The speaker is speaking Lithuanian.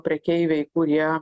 prekeiviai kurie